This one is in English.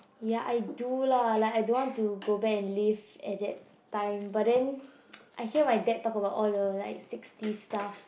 ya I do lah like I don't want to go back and live at that time but then I hear my dad talk about all the like sixty stuff